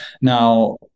Now